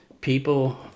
people